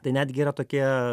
tai netgi yra tokie